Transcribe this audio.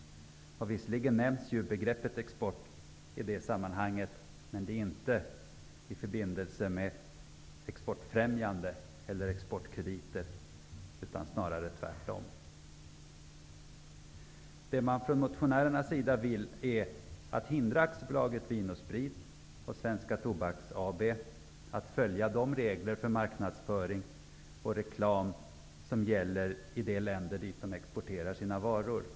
Visserligen nämns begreppet export i det sammanhanget, men inte i förbindelse med exportfrämjande eller exportkrediter -- snarare tvärtom. Svenska Tobaks AB att följa de regler för marknadsföring och reklam som gäller i de länder som de exporterar sina varor till.